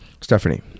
Stephanie